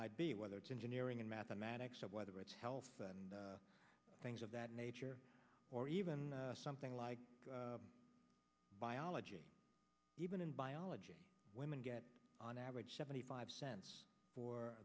might be whether it's engineering and mathematics whether it's health and things of that nature or even something like biology even in biology women get on average seventy five cents for